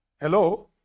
Hello